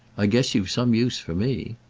i guess you've some use for me.